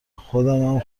خودمم